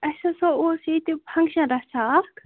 اَسہِ ہَسا اوس ییٚتہِ فنٛگشَن رَژھا اَکھ